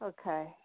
Okay